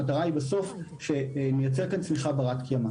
בסוף המטרה היא לייצר כאן צמיחה בת-קיימא.